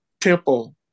temple